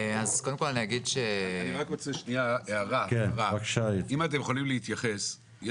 אני מבקש הערה האם אתם יכולים להתייחס כי